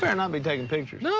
but not be taking pictures.